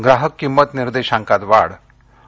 ग्राहक किंमत निर्देशांकात वाढ आणि